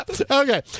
Okay